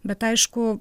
bet aišku